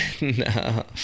No